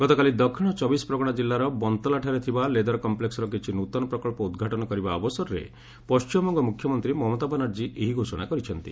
ଗତକାଲି ଦକ୍ଷିଣ ଚବିଶ ପ୍ରଗଣା ଜିଲ୍ଲାର ବନ୍ତଲାଠାରେ ଥିବା ଲେଦର କମ୍ପ୍ଲେକ୍ସର କିଛି ନୃତନ ପ୍ରକଳ୍ପ ଉଦ୍ଘାଟନ କରିବା ଅବସରରେ ପଶ୍ଚିମବଙ୍ଗ ମୁଖ୍ୟମନ୍ତ୍ରୀ ମମତା ବାନାର୍ଜୀ ଏହି ଘୋଷଣା କରିଛନ୍ତି